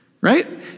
right